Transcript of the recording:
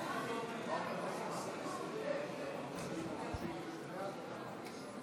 הסתייגות 89 לא